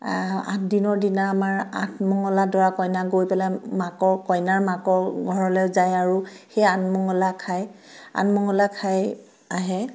আঠদিনৰ দিনা আমাৰ আঠমঙলা দৰা কইনা গৈ পেলাই মাকৰ কইনাৰ মাকৰ ঘৰলৈ যায় আৰু সেই আঠমঙলা খায় আঠমঙলা খাই আহে